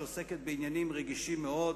שעוסקת בעניינים רגישים מאוד,